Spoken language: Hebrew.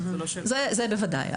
זה בוודאי.